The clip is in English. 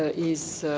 ah is